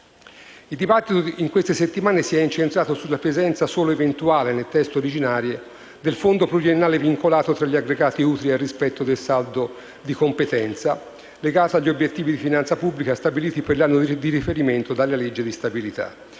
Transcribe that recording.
Il dibattito in queste settimane si è incentrato sulla presenza - solo eventuale nel testo originario - del fondo pluriennale vincolato tra gli aggregati utili al rispetto del saldo di competenza legato agli obiettivi di finanza pubblica stabiliti per l'anno di riferimento dalla legge di stabilità;